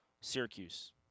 Syracuse